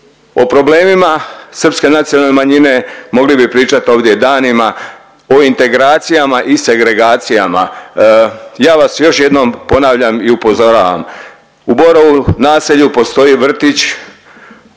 O problemima srpske nacionalne manjine mogli bi pričat ovdje danima o integracijama i segregacijama. Ja vas još jednom, ponavljam i upozoravam u Borovu Naselju postoji vrtić